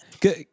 good